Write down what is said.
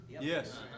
Yes